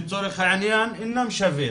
ילדים, לצורך העניין, אינם שווים.